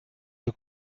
der